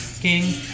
King